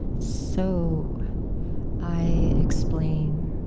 so i explain,